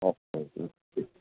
okay ji okay